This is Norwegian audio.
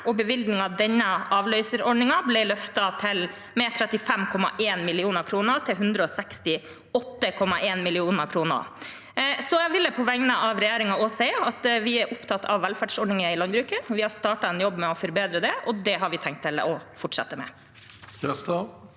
bevilgningen til denne avløserordningen ble økt med 35,1 mill. kr, til 168,1 mill. kr. Så vil jeg på vegne av regjeringen si at vi er opptatt av velferdsordninger i landbruket, vi har startet en jobb med å forbedre det, og det har vi tenkt å fortsette med.